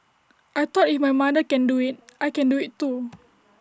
I thought if my mother can do IT I can do IT too